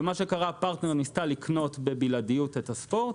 מה שקרה, פרטנר ניסתה לקנות בבלעדיות את הספורט,